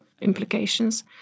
implications